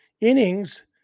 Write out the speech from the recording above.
innings